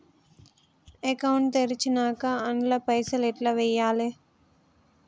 Account తెరిచినాక అండ్ల పైసల్ ఎట్ల వేయాలే?